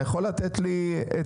אתה יכול לתת לי עצה?